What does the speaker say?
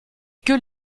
que